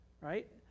right